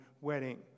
wedding